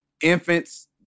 Infants